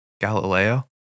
galileo